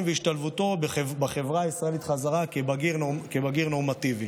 והשתלבותו בחברה הישראלית חזרה כבגיר נורמטיבי.